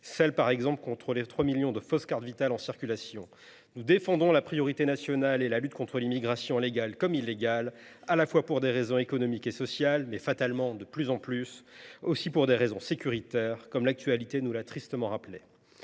celle, par exemple, des 3 millions de fausses cartes Vitale en circulation. Nous défendons la priorité nationale et la lutte contre l’immigration, légale comme illégale, pour des raisons économiques et sociales, mais aussi, fatalement et de plus en plus, pour des raisons sécuritaires, que l’actualité nous a tristement rappelées.